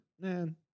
man